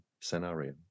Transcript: scenario